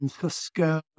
Cisco